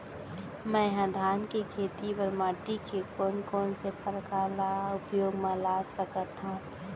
मै ह धान के खेती बर माटी के कोन कोन से प्रकार ला उपयोग मा ला सकत हव?